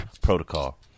Protocol